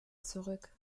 zurück